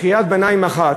קריאת ביניים אחת,